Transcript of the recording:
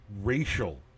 racial